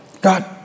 God